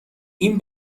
این